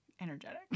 energetic